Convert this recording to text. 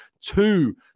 two